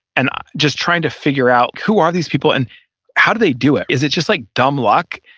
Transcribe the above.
and just trying to figure out who are these people and how do they do it. is it just like dumb luck?